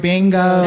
Bingo